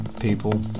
people